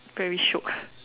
very shiok